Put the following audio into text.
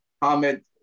comment